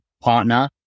partner